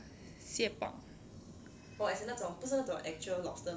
蟹棒